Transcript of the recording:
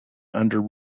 under